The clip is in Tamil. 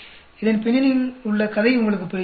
இதன் பின்னணியில் உள்ள கதை உங்களுக்கு புரிகிறதா